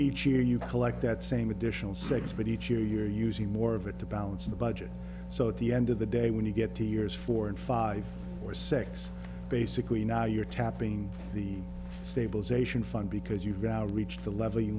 each year you collect that same additional six but each year you're using more of it to balance the budget so at the end of the day when you get two years four and five or six basically now you're tapping the stabilization fund because you've reached the level